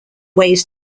ways